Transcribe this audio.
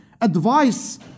advice